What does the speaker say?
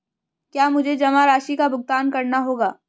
क्या मुझे जमा राशि का भुगतान करना होगा?